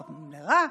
לפעמים לרע,